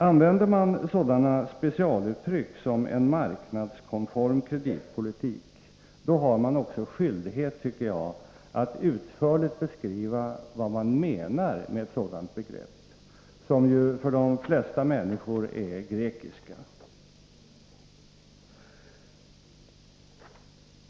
Använder man sådana specialuttryck som ”en marknadskonform kreditpolitik” har man också skyldighet att utförligt beskriva vad man menar med ett sådant begrepp, som ju för de flesta människor är grekiska.